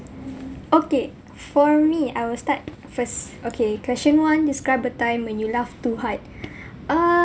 okay for me I will start first okay question one describe a time when you laughed too hard